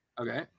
Okay